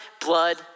Blood